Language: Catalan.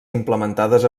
implementades